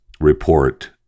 report